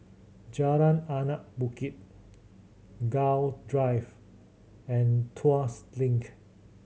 Jalan Anak Bukit Gul Drive and Tuas Link